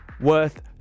worth